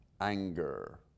anger